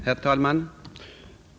Herr talman!